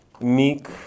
meek